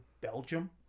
Belgium